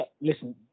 listen